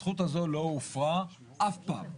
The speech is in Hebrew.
הזכות הזאת לא הופרה אף פעם.